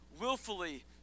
willfully